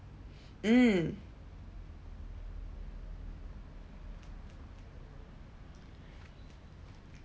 mm